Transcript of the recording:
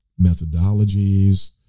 methodologies